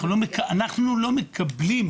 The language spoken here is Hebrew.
אנחנו לא מקבלים,